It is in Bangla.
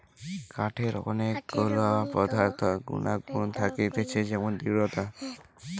কাঠের অনেক গুলা পদার্থ গুনাগুন থাকতিছে যেমন দৃঢ়তা